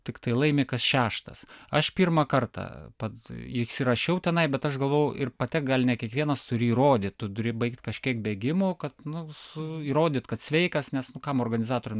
tiktai laimi kas šeštas aš pirmą kartą pats įsirašiau tenai bet aš galvojau ir patekt gali ne kiekvienas turi įrodyt tu turi baigt kažkiek bėgimo kad nu su įrodyt kad sveikas nes nu kam organizatoriam